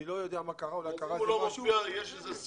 אני לא יודע מה קרה, אולי קרה איזה משהו.